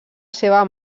seva